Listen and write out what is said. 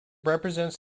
represents